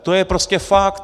To je prostě fakt.